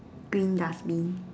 green dustbin